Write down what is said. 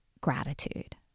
gratitude